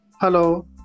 Hello